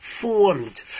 formed